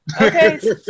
okay